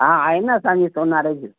हा आहे न असांजी सोनारे जी